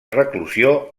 reclusió